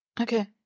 Okay